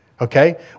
Okay